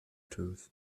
tooth